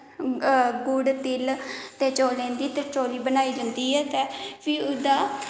गुड़ तिल ते चौलें दी तरचौली बनाई जंदी ऐ ते फ्ही ओह्दा